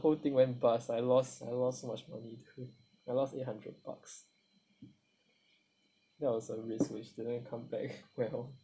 whole thing went dust I lost I lost so much money I lost eight hundred bucks that was a risk which didn't come back well